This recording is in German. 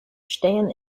stehen